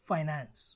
Finance।